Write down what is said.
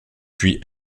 puis